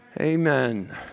Amen